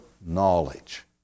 knowledge